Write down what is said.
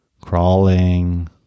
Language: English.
crawling